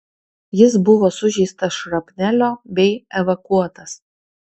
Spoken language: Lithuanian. jis buvo sužeistas šrapnelio bei evakuotas